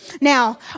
now